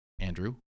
Andrew